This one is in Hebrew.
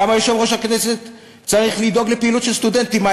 למה יושב-ראש הכנסת צריך לדאוג לפעילות של סטודנטים?